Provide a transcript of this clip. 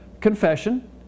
confession